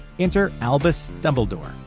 enter albus dumbledore,